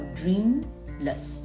dreamless